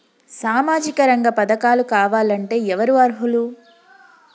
సామాజిక రంగ పథకాలు కావాలంటే ఎవరు అర్హులు?